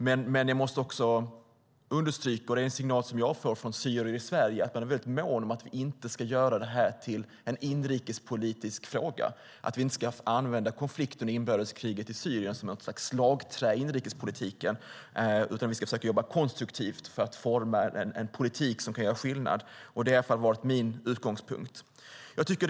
Men en signal jag får från syrier i Sverige är att man är väldigt mån om att vi inte ska göra detta till en inrikespolitisk fråga, att vi inte ska använda konflikten och inbördeskriget i Syrien som ett slags slagträ i inrikespolitiken. I stället ska vi försöka jobba konstruktivt för att forma en politik som kan göra skillnad. Det har också varit min utgångspunkt, och jag vill understryka detta.